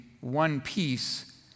one-piece